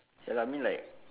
ya lah mean like